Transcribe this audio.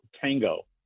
Tango